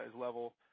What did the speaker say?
level